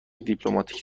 دیپلماتیک